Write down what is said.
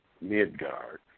Midgard